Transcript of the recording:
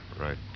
Right